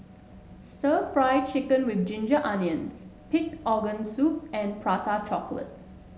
stir Fry Chicken with Ginger Onions Pig's Organ Soup and Prata Chocolate